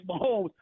Mahomes